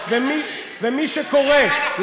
תפרגן לממשלות מפא"י.